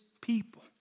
people